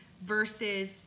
versus